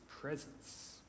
presence